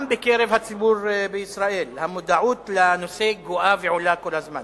גם בקרב הציבור בישראל המודעות לנושא גואה ועולה כל הזמן.